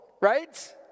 right